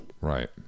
Right